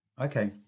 Okay